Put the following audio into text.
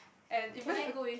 and even a